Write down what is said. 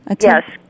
yes